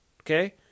okay